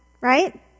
right